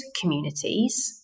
communities